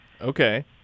Okay